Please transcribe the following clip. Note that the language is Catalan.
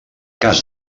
cas